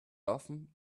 often